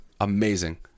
amazing